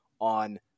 on